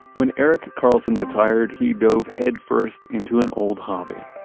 when eric carlson retired, he dove headfirst into an old hobby,